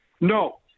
No